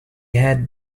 had